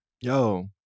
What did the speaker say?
Yo